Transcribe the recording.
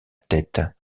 tête